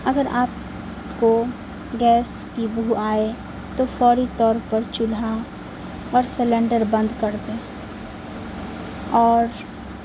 اگر آپ کو گیس کی بو آئے تو فوری طور پر چولہا اور سلینڈر بند کر دیں اور